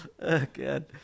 god